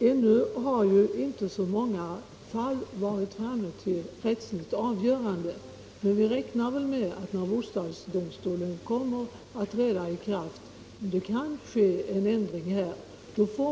Ännu har inte så många fall varit framme till rättsligt 29 maj 1975 avgörande, men vi räknar med att det kan ske en ändring när bostadsdom stolen trätt i funktion.